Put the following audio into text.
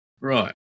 Right